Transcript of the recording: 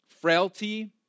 frailty